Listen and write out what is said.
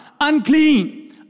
unclean